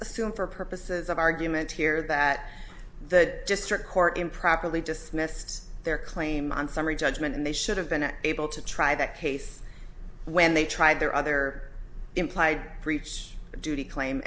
assume for purposes of argument here that the just her core improperly just missed their claim on summary judgment and they should have been able to try the case when they tried their other implied breach of duty claim